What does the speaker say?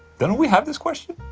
didn't we have this question?